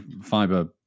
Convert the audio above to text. fiber